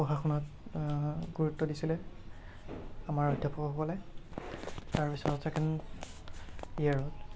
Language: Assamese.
পঢ়া শুনাত গুৰুত্ব দিছিলে আমাৰ অধ্যাপকসকলে তাৰপিছত চেকেণ্ড ইয়েৰত